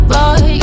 Boy